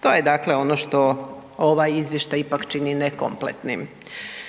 To je dakle ono što ovaj izvještaj ipak čini nekompletnim.